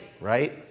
right